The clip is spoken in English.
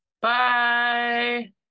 bye